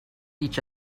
each